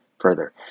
further